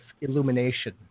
illumination